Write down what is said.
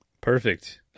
perfect